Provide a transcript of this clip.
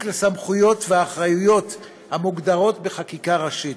לסמכויות ולאחריויות המוגדרות בחקיקה ראשית.